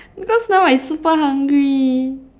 because now I super hungry